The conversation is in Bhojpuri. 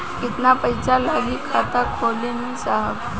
कितना पइसा लागि खाता खोले में साहब?